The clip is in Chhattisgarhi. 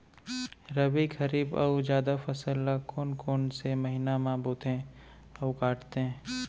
रबि, खरीफ अऊ जादा फसल ल कोन कोन से महीना म बोथे अऊ काटते?